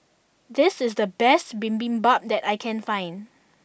this is the best Bibimbap that I can find